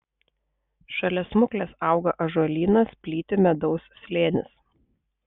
šalia smuklės auga ąžuolynas plyti medaus slėnis